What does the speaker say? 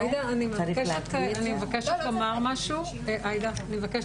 עאידה, אני מבקשת לומר משהו קצר.